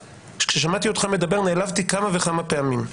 כששמעתי אותך מדבר נעלבתי כמה וכמה פעמים.